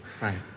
Right